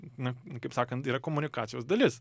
na kaip sakant yra komunikacijos dalis